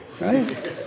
right